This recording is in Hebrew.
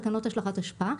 תקנות השלכת אשפה,